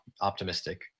optimistic